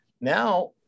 now